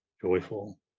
joyful